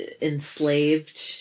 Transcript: enslaved